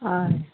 হয়